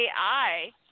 AI